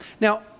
Now